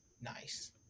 Nice